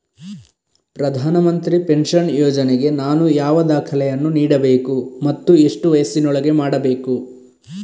ಪ್ರಧಾನ ಮಂತ್ರಿ ಪೆನ್ಷನ್ ಯೋಜನೆಗೆ ನಾನು ಯಾವ ದಾಖಲೆಯನ್ನು ನೀಡಬೇಕು ಮತ್ತು ಎಷ್ಟು ವಯಸ್ಸಿನೊಳಗೆ ಮಾಡಬೇಕು?